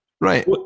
Right